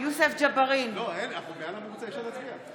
חברי הכנסת שהצביעו,